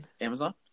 Amazon